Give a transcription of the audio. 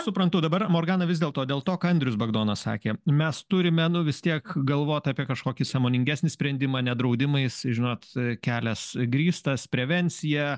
suprantu dabar morgana vis dėl to dėl to ką andrius bagdonas sakė mes turime nu vis tiek galvot apie kažkokį sąmoningesnį sprendimą ne draudimais žinot kelias grįstas prevencija